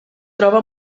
troba